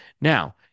Now